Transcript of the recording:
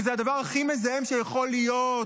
שזה הדבר הכי מזהם שיכול להיות,